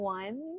one